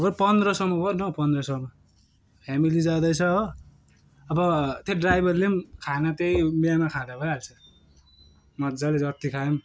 पन्ध्र सयमा गर न हौ पन्ध्र सयमा फेमिली जाँदैछ हो अब त्यो ड्राइभरले पनि खाना त्यहीँ बिहेमा खाँदा भइहाल्छ मजाले जत्ति खाए पनि